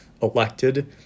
elected